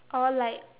oh like